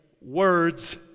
Words